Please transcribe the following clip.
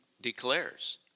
declares